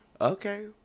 Okay